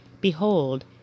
Behold